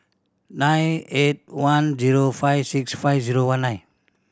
nine eight one zero five six five zero one nine